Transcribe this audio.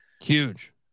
Huge